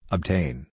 Obtain